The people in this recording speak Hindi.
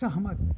सहमत